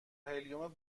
هلیوم